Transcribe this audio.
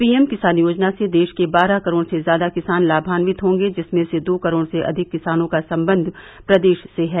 PM Kisan योजना से देश के बारह करोड़ से ज्यादा किसान लाभान्वित हॉगे जिसमें से दो करोड़ से अधिक किसानों का सम्बन्ध प्रदेश से है